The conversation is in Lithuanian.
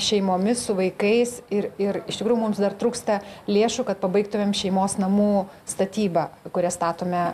šeimomis su vaikais ir ir iš tikrųjų mums dar trūksta lėšų kad pabaigtumėm šeimos namų statybą kurias statome